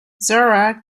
zora